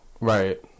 Right